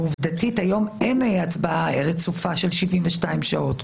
ועובדתית אין היום הצבעה רצופה של 72 שעות.